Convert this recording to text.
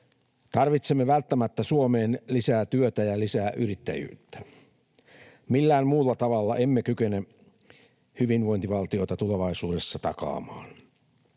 Tarvitsemme välttämättä Suomeen lisää työtä ja lisää yrittäjyyttä. Millään muulla tavalla emme kykene hyvinvointivaltiota tulevaisuudessa takaamaan.